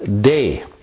day